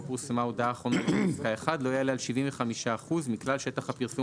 פורסמה ההודעה האחרונה לפי פסקה (1) לא יעלה על 75% מכלל שטח הפרסום